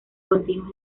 continuos